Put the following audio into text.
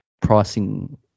pricing